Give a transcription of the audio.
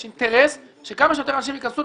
יש אינטרס שכמה שיותר אנשים ייכנסו